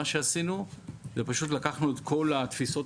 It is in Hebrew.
מה שעשינו זה שפשוט לקחנו את כל תפיסות